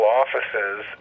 offices